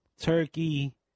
turkey